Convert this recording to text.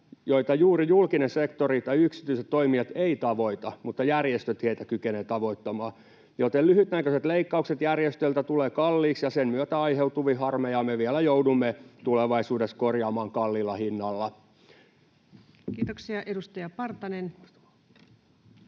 joita juuri julkinen sektori tai yksityiset toimijat eivät tavoita, mutta jotka järjestöt kykenevät tavoittamaan, joten lyhytnäköiset leikkaukset järjestöiltä tulevat kalliiksi, ja sen myötä aiheutuvia harmeja me joudumme vielä tulevaisuudessa korjaamaan kalliilla hinnalla. [Speech 337] Speaker: